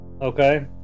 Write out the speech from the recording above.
okay